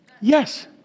Yes